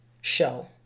show